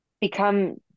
become